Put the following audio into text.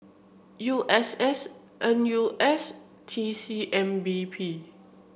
U S S N U S T C M B P